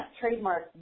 trademark